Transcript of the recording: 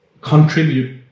contribute